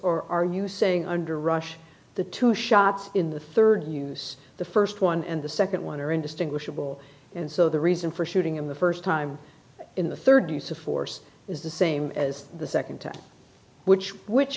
or are you saying under russian the two shots in the third use the first one and the second one are indistinguishable and so the reason for shooting in the first time in the third use of force is the same as the second time which which